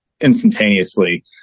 instantaneously